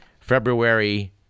February